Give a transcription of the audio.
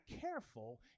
careful